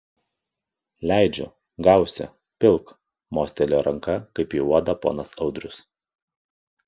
leidžiu gausi pilk mostelėjo ranka kaip į uodą ponas audrius